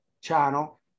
channel